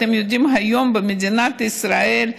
אתם יודעים, היום במדינת ישראל,